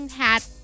hat